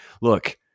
Look